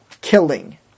killing